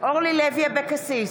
אורלי לוי אבקסיס,